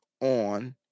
on